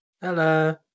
Hello